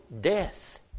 death